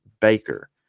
Baker